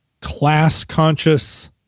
class-conscious